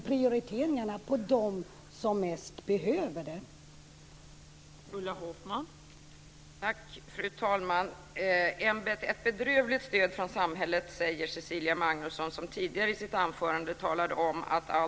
Prioritera dem som behöver det mest!